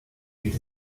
gilt